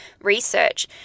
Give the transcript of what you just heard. research